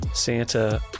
Santa